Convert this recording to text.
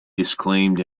disclaimed